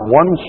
one